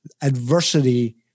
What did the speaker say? adversity